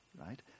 Right